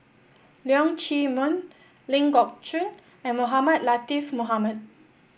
Leong Chee Mun Ling Geok Choon and Mohamed Latiff Mohamed